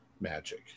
magic